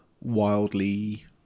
wildly